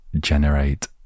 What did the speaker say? generate